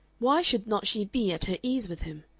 why should not she be at her ease with him?